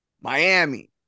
Miami